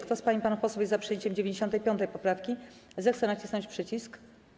Kto z pań i panów posłów jest za przyjęciem 95. poprawki, zechce nacisnąć przycisk.